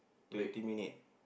twenty minute